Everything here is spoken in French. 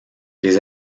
les